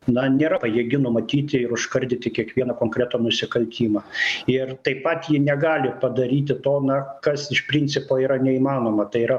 na nėra pajėgi numatyti ir užkardyti kiekvieną konkretų nusikaltimą ir taip pat ji negali padaryti to na kas iš principo yra neįmanoma tai yra